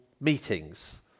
meetings